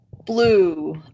Blue